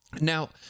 Now